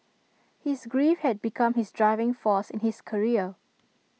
his grief had become his driving force in his career